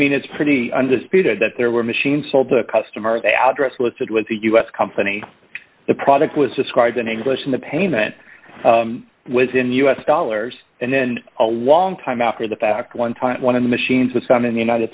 mean it's pretty undisputed that there were machines sold to a customer they address listed with the us company the product was described in english in the payment was in us dollars and then a long time after the fact one time one of the machines with some in the united